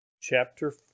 chapter